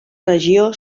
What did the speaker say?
regió